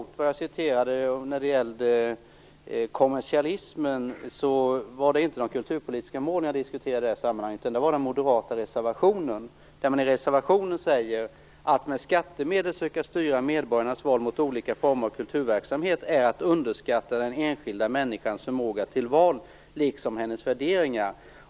Jag diskuterade inte de kulturpolitiska målen i det här sammanhanget när jag nämnde kommersialismen, utan det var den moderata reservationen. Reservationen säger: "Att med skattemedel söka styra medborgarnas val mot olika former av kulturverksamhet är att underskatta den enskilda människans förmåga till val liksom hennes värderingar."